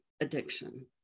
addiction